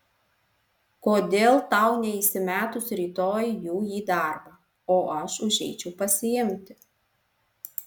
kodėl tau neįsimetus rytoj jų į darbą o aš užeičiau pasiimti